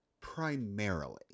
Primarily